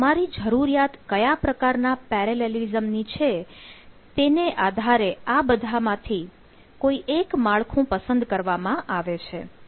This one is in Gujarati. તો તમારી જરૂરિયાત કયા પ્રકારના પેરેલેલીઝમ ની છે તેને આધારે આ બધામાંથી કોઈ એક માળખું પસંદ કરવામાં આવે છે